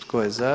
Tko je za?